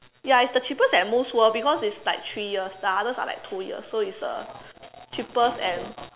ya it's the cheapest and most worth because it's like three years the others are like two years so it's the cheapest and